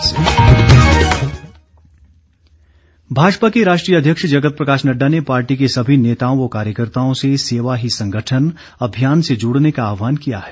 JP Nadda Bhajpa के राष्ट्रीय अध्यक्ष जगत प्रकाश नड़्डा ने पार्टी के सभी नेताओं व कार्यकर्ताओं से सेवा ही संगठन अभियान से जुड़ने का आहवान किया है